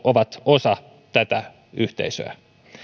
ovat osa tätä yhteisöä